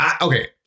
Okay